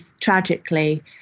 tragically